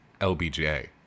LBJ